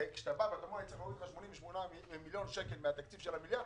כי כשאתה בא ואתה אומר שצריך להוריד 88 מיליון שקל מהתקציב של המיליארד,